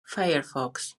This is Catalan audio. firefox